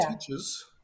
teachers